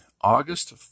August